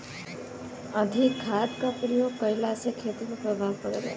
अधिक खाद क प्रयोग कहला से खेती पर का प्रभाव पड़ेला?